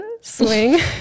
Swing